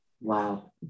Wow